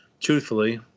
truthfully